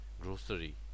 grocery